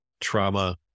trauma